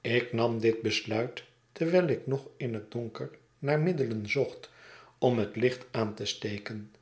ik nam dit besluit terwijl ik nog in het don ker naar middelen zocht om het licht aan te steken